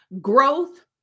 Growth